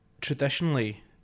traditionally